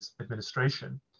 administration